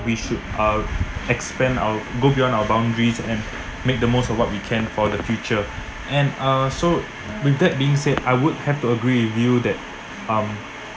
we should uh expand our go beyond our boundaries and make the most of what we can for the future and uh so with that being said I would have to agree with you that um